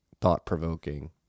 thought-provoking